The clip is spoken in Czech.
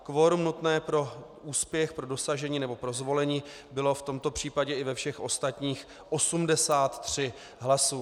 Kvorum nutné pro úspěch, pro dosažení nebo pro zvolení bylo v tomto případě i ve všech ostatních 83 hlasů.